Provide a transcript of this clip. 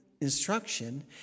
instruction